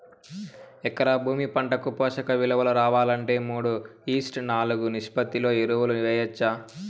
ఎకరా భూమి పంటకు పోషక విలువలు రావాలంటే మూడు ఈష్ట్ నాలుగు నిష్పత్తిలో ఎరువులు వేయచ్చా?